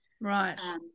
Right